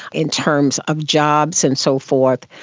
in terms of jobs and so forth.